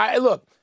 Look